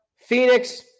Phoenix